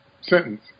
sentence